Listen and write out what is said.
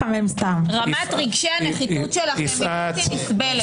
רמת רגשי הנחיתות שלכם היא בלתי נסבלת.